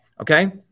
Okay